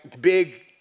big